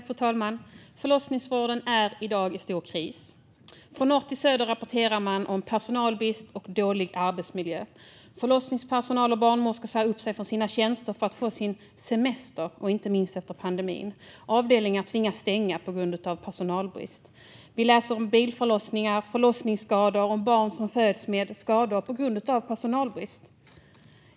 Fru talman! Förlossningsvården är i dag i stor kris. Från norr till söder rapporterar man om personalbrist och dålig arbetsmiljö. Förlossningspersonal och barnmorskor säger upp sig från sina tjänster för att få semester, inte minst efter pandemin. Avdelningar tvingas stänga på grund av personalbrist. Vi läser om bilförlossningar, förlossningsskador och barn som föds med skador på grund av personalbrist.